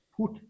put